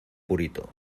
purito